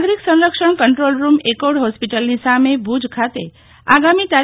નાગરિક સંરક્ષણ control room accord હોસ્પિરટલની સામેભુજ ખાતે આગામી તા